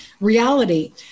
reality